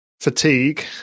fatigue